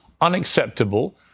unacceptable